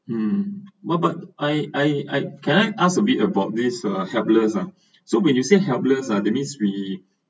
um but but I I I can I ask a bit about this uh helpless uh so when you said helpless uh that’s mean we